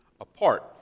apart